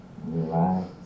relax